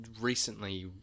recently